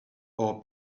our